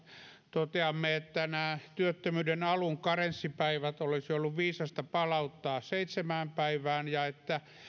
toteamme että nämä työttömyyden alun karenssipäivät olisi ollut viisasta palauttaa seitsemään päivään ja että